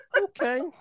Okay